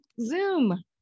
Zoom